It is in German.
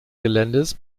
geländes